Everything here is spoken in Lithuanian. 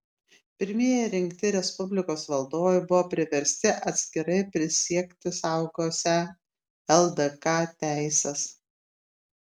pirmieji rinkti respublikos valdovai buvo priversti atskirai prisiekti saugosią ldk teises